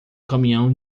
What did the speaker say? caminhão